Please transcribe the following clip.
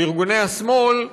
של ארגוני השמאל,